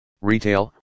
retail